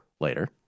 later